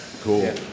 cool